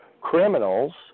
criminals